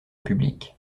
public